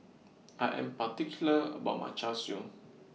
I Am particular about My Char Siu